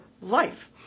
life